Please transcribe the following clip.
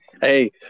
Hey